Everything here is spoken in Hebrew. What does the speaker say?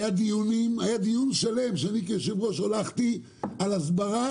היה דיון שלם שאני כיושב-ראש הולכתי על הסברה,